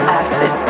acid